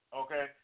okay